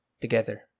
together